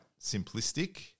simplistic